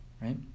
Right